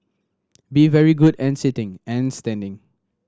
be very good and sitting and standing